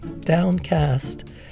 downcast